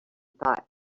thought